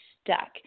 stuck